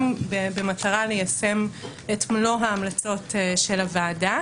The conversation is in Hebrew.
במטרה ליישם את מלוא ההמלצות של הוועדה.